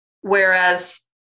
whereas